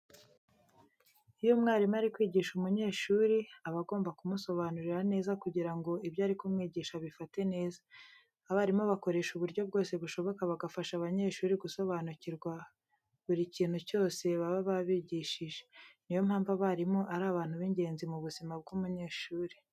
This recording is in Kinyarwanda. Iyo umwarimu ari kwigisha umunyeshuri aba agomba kumusobanurira neza kugira ngo ibyo ari kumwigisha abifate neza. Abarimu bakoresha uburyo bwose bushoboka bagafasha abanyeshuri gusobanukirwa buri kintu cyose baba babigishije. Ni yo mpamvu abarimu ari abantu b'ingenzi mu buzima bw'umunyeshuri.